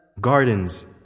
Gardens